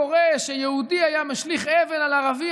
קורה שיהודי היה משליך אבן על ערבי,